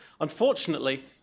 Unfortunately